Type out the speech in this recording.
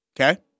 Okay